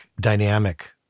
dynamic